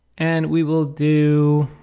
and we will do